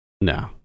No